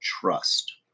trust